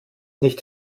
nicht